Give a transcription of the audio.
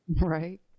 Right